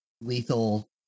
lethal